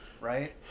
Right